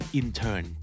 intern